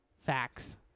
Facts